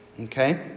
Okay